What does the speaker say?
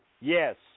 Yes